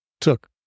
took